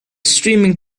streaming